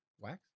Wax